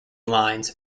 lines